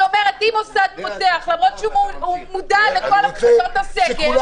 אני אומרת שאם מוסד פותח למרות שהוא מודע לכל הנחיות הסגר,